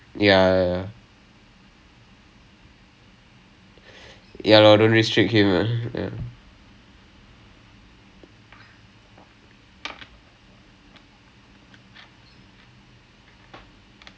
my give him the better of giving him space you know to do the shit ya ya exactly don't I don't wanna and wings isn't meant for that right I in I mean we perform and everything but that shouldn't be the main thing